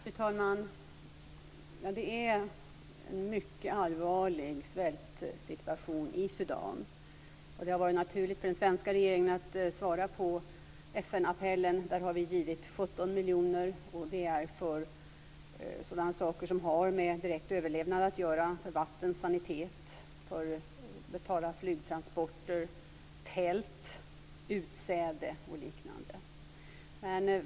Fru talman! Det är en mycket allvarlig svältsituation i Sudan. Det har varit naturligt för den svenska regeringen att svara på FN-appellen. Här har vi givit 17 miljoner till sådana saker som har med direkt överlevnad att göra - vatten, sanitet, flygtransporter, tält, utsäde och liknande.